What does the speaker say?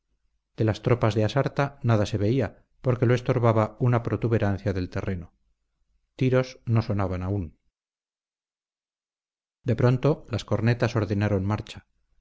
de las tropas de asarta nada se veía porque lo estorbaba una protuberancia del terreno tiros no sonaban aún de pronto las cornetas ordenaron marcha